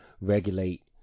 regulate